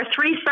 three